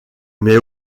mais